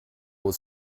was